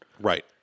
Right